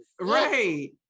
Right